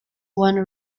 one